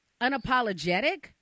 unapologetic